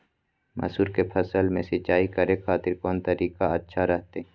मसूर के फसल में सिंचाई करे खातिर कौन तरीका अच्छा रहतय?